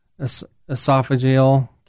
esophageal